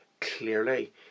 clearly